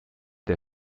der